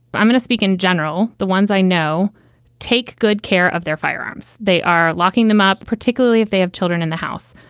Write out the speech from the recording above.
i'm going to speak in general. the ones i know take good care of their firearms. they are locking them up, particularly if they have children in the house.